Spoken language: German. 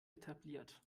etabliert